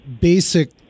basic